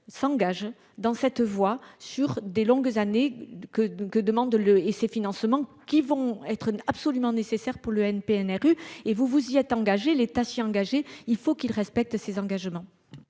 s'engage dans cette voie, sur des longues années que que demande le et ses financements qui vont être absolument nécessaire pour le NPNRU et vous vous y êtes engagé les Thaçi engagé, il faut qu'il respecte ses engagements.